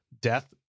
death